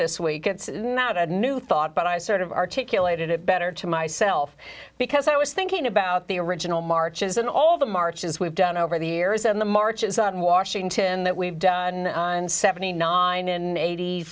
this week it's not a new thought but i sort of articulated it better to myself because i was thinking about the original marches and all the marches we've done over the years and the marches on washington that we've done on seventy n